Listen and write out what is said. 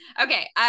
okay